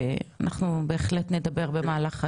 ואנחנו בהחלט נדבר על זה במהלך הישיבה.